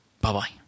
bye-bye